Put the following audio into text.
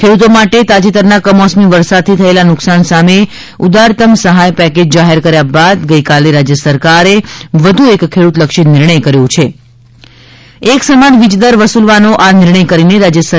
ખેડૂતો માટે તાજેતરના કમોસમી વરસાદથી થયેલા નુકશાન સામે ઉદારત્તમ સહાય પેકેજ જાહેર કર્યા બાદ ગઈકાલે રાજ્ય સરકાર વધુ એક ખેડૂતલક્ષી નિર્ણય એકસમાન વીજ દર વસુલવાનો આ નિર્ણય કરીને રાજ્ય કર્યો છે